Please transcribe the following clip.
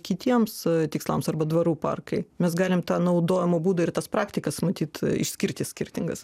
kitiems tikslams arba dvarų parkai mes galim tą naudojimo būdą ir tas praktikas matyt išskirti skirtingas